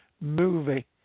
movie